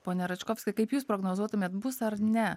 pone račkovski kaip jūs prognozuotumėt bus ar ne